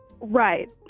Right